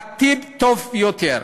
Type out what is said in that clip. לעתיד טוב יותר,